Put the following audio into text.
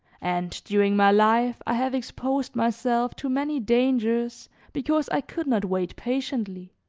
and during my life i have exposed myself to many dangers because i could not wait patiently.